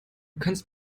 kannst